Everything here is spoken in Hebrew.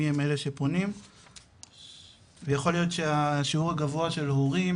מי הם אלה שפונים - ויכול להיות שהשיעור הגבוה של ההורים,